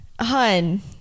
hun